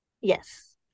Yes